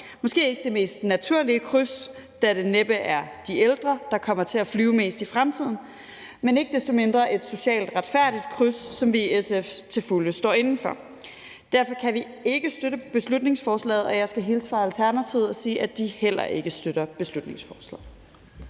måske ikke det mest naturlige kryds, da det næppe er de ældre, der kommer til at flyve mest i fremtiden, men ikke desto mindre et socialt retfærdigt kryds, som vi i SF til fulde står inde for. Derfor kan vi ikke støtte beslutningsforslaget, og jeg skal hilse fra Alternativet og sige, at de heller ikke støtter beslutningsforslaget.